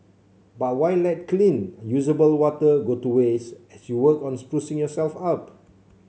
but why let clean usable water go to waste as you work on sprucing yourself up